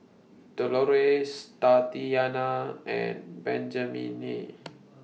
Delores Tatianna and Benjamine